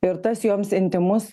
ir tas joms intymus